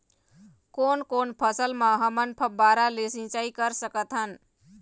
कोन कोन फसल म हमन फव्वारा ले सिचाई कर सकत हन?